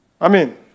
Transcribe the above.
Amen